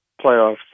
playoffs